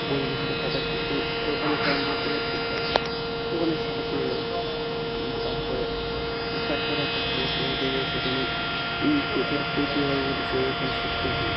বন্ধুদের সাথে সাঁতার শিখতেই ওখানে চান করতে করতে ওখানে সাঁতার শিখে গেলাম তারপরে তারপরে একটা ভালো কোচ দেখে সেখানে কোচের কোচ যেভাবে বলো সেগাবে সাঁতার শিখতাম